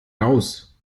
raus